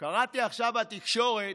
קראתי עכשיו בתקשורת,